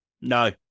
No